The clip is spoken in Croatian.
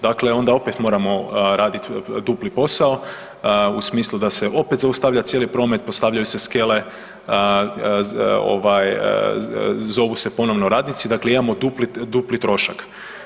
Dakle onda opet moramo radit dupli posao u smislu da se opet zaustavlja cijeli promet, postavljaju se skele, ovaj zovu se ponovno radnici, dakle imamo dupli, dupli trošak.